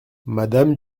madame